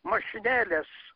jo mašinėlės